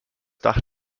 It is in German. dach